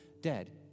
dead